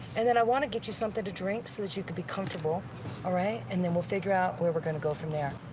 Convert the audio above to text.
and then i want to get you something to drink so that you could be comfortable all right? and then we'll figure out whether we're going to go from there.